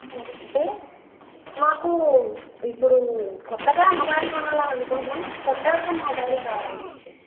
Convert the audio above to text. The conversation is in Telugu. నమస్తే నాకూ ఇప్పుడూ కొత్తగా మొబైల్ కొనాలని అనుకుంటున్నాం కొత్తరకం మొబైల్ కావాలి మాకు